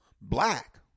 Black